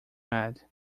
mad